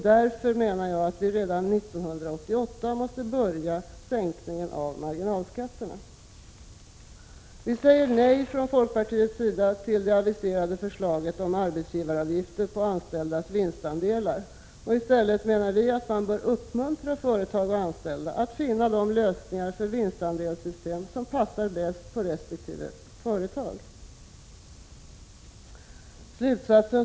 Därför måste vi redan 1988 påbörja sänkningen av marginalskatterna. Folkpartiet säger nej till det aviserade förslaget om arbetsgivaravgifter på anställdas vinstandelar. I stället bör man uppmuntra företag och anställda att finna de lösningar för vinstandelssystem som passar bäst på resp. företag. Fru talman!